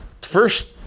first